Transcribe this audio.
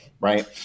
Right